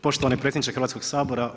Poštovani predsjedniče Hrvatskog sabora.